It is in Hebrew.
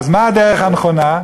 אז מה הדרך הנכונה?